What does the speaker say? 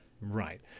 Right